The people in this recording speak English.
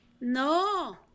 No